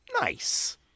Nice